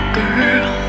girl